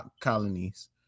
colonies